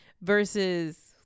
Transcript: versus